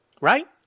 Right